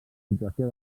situació